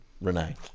Renee